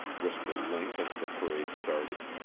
whispered link as the parade started.